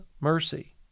mercy